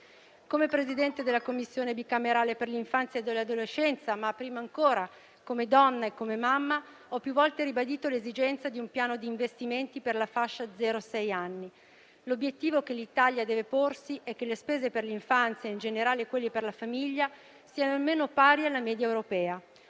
Come Presidente della Commissione bicamerale per l'infanzia e l'adolescenza, ma prima ancora come donna e come mamma, ho più volte ribadito l'esigenza di un piano di investimenti per la fascia 0-6 anni. L'obiettivo che l'Italia deve porsi è che le spese per l'infanzia in generale e quelle per la famiglia siano almeno pari alla media europea.